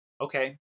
okay